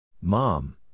Mom